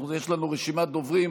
יש לנו רשימת דוברים.